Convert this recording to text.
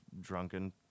drunken